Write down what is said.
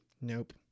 Nope